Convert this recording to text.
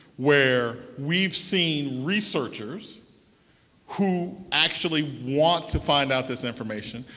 where we've seen researchers who actually want to find out this information,